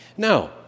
Now